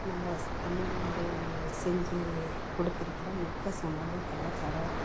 நம்ப தமிழ்நாடு செஞ்சு குடுத்திருக்குற மிக்க சமூக கலாச்சார